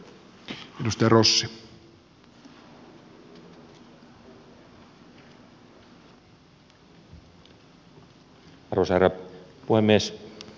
arvoisa herra puhemies